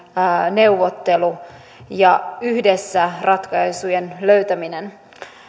neuvottelu ja yhdessä ratkaisujen löytäminen